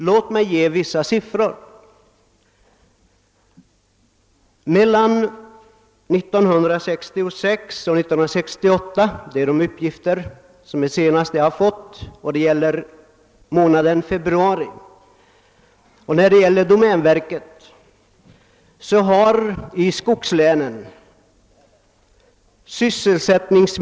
Låt mig anföra några siffror, som avser åren 1966—1968 — den senaste period för vilken uppgifter föreligger — och som gäller domänverkets verksamhet under februari månad.